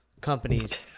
companies